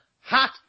HOT